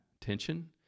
tension